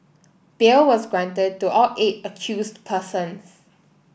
bail was granted to all eight accused persons